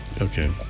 Okay